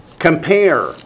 Compare